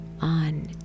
on